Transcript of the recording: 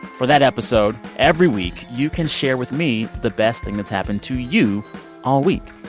for that episode every week, you can share with me the best thing that's happened to you all week.